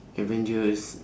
avengers